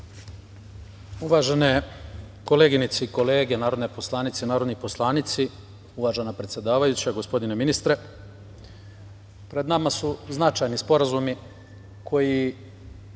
Uvažene koleginice i kolege narodne poslanice i narodni poslanici, uvažena predsedavajuća, gospodine ministre, pred nama su značajni sporazumi koji,